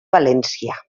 valència